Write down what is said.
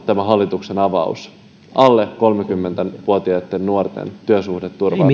tämä hallituksen avaus alle kolmekymmentä vuotiaitten nuorten työsuhdeturvan